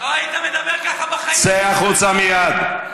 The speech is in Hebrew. היית מדבר ככה בחיים שלך, צא החוצה מייד.